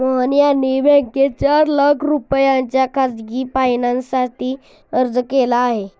मोहन यांनी बँकेत चार लाख रुपयांच्या खासगी फायनान्ससाठी अर्ज केला आहे